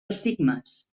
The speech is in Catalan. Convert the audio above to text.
estigmes